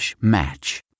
match